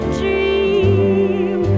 dream